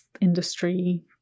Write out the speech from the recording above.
industry